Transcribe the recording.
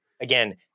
again